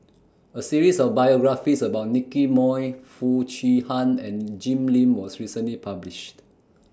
A series of biographies about Nicky Moey Foo Chee Han and Jim Lim was recently published